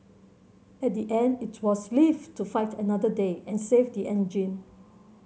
at the end it was live to fight another day and save the engine